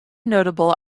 notable